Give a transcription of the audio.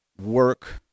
work